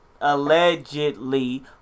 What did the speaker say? allegedly